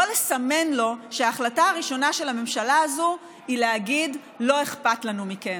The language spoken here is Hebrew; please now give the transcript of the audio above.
לא לסמן לו שההחלטה הראשונה של הממשלה הזאת היא להגיד: לא אכפת לנו מכן,